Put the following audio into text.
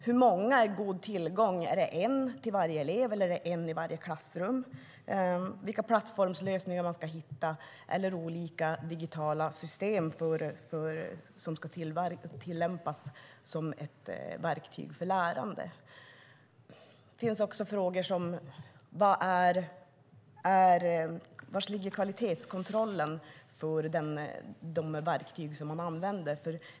Hur många är "god tillgång" - en till varje elev eller en i varje klassrum? Vilka plattformslösningar ska man använda, och vilka digitala system ska tillämpas som ett verktyg för lärande? Det finns också frågor som: Var ligger kvalitetskontrollen för de verktyg som man använder?